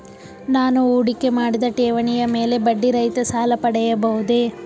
ನಾನು ಹೂಡಿಕೆ ಮಾಡಿದ ಠೇವಣಿಯ ಮೇಲೆ ಬಡ್ಡಿ ರಹಿತ ಸಾಲ ಪಡೆಯಬಹುದೇ?